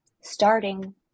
starting